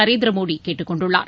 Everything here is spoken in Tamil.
நரேந்திர மோடி கேட்டுக் கொண்டுள்ளார்